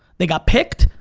they got picked,